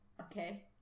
Okay